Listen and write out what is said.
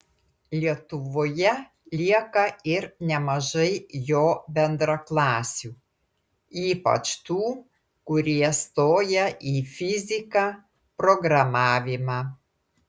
lietuvoje lieka ir nemažai jo bendraklasių ypač tų kurie stoja į fiziką programavimą